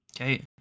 Okay